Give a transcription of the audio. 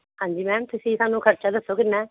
ਹਾਂਜੀ ਮੈਮ ਤੁਸੀਂ ਸਾਨੂੰ ਖਰਚਾ ਦੱਸੋ ਕਿੰਨਾ